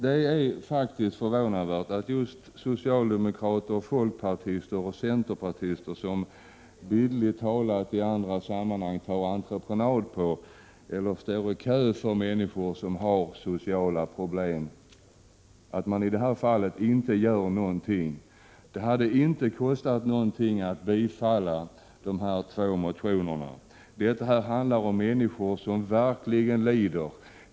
Det är faktiskt förvånande att just socialdemokrater, folkpartister och centerpartister, som i andra sammanhang bildligt talat tar människor som har sociala problem på entreprenad eller står i kö för att hjälpa dem, i det här fallet inte gör någonting. Det hade inte kostat någonting att biträda dessa två motioner. Det handlar om människor som verkligen lider.